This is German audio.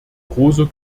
großer